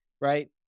right